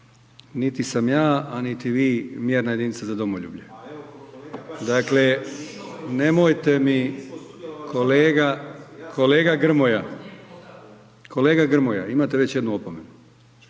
niti sam ja, a niti vi mjerna jedinica za domoljublje. Dakle, nemojte mi kolega, kolega Grmoja, kolega Grmoja imate već jednu opomenu